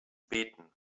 beten